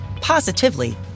positively